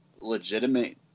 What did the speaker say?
legitimate